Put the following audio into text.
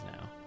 now